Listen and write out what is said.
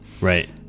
right